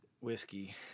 Whiskey